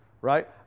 right